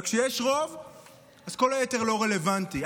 כשיש רוב אז כל היתר לא רלוונטי.